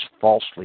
falsely